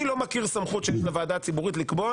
אני לא מכיר סמכות שיש לוועדה הציבורית לקבוע